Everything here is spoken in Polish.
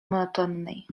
monotonnej